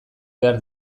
behar